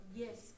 yes